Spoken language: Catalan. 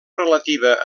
relativa